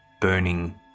burning